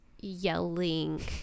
yelling